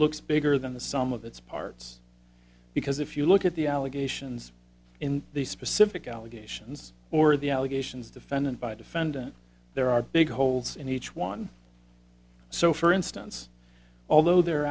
looks bigger than the sum of its parts because if you look at the allegations in these specific allegations or the allegations defendant by defendant there are big holes in each one so for instance although the